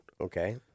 Okay